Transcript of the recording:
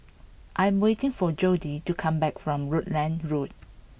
I am waiting for Jodie to come back from Rutland Road